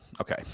Okay